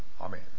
Amen